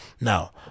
Now